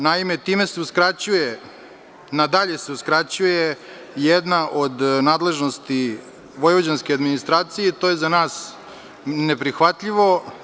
Naime, time se uskraćuje na dalje jedna od nadležnosti vojvođanske administracije, to je za nas neprihvatljivo.